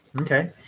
Okay